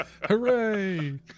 Hooray